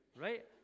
right